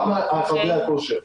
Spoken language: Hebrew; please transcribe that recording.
גם חדרי הכושר,